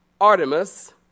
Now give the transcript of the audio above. Artemis